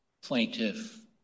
plaintiff